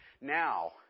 Now